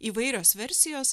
įvairios versijos